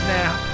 now